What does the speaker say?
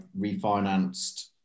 refinanced